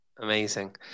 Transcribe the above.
Amazing